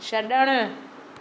छॾणु